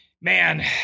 man